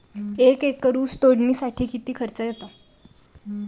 एक एकर ऊस तोडणीसाठी किती खर्च येतो?